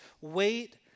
wait